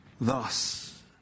thus